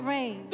Rain